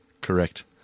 Correct